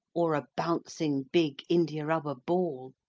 or a bouncing big india-rubber ball,